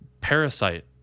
parasite